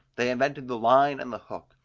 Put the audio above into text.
they invented the line and the hook,